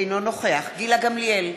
אינו נוכח גילה גמליאל,